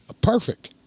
Perfect